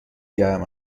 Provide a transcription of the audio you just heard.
گرم